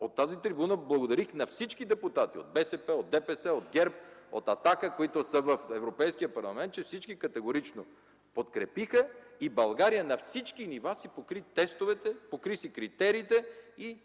От тази трибуна благодарих на всички депутати – от БСП, от ДПС, от ГЕРБ, от „Атака”, които са в Европейския парламент, че всички категорично подкрепиха и България на всички нива си покри тестовете, покри си критериите и